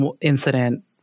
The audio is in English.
incident